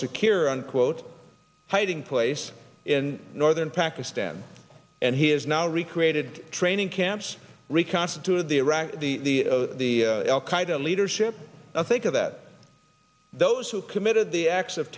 secure unquote hiding place in northern pakistan and he has now recreated training camps reconstituted the iraqi the the al qaeda leadership now think of that those who committed the acts of